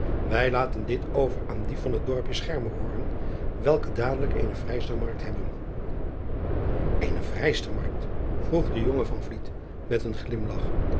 wij laten dit over aan die van het dorpje chermerhorn welke dadelijk eene vrijstermarkt hebben ene vrijstermarkt vroeg de jonge met een glimlach